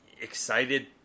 excited